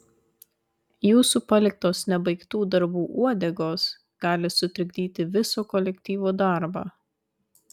jūsų paliktos nebaigtų darbų uodegos gali sutrikdyti viso kolektyvo darbą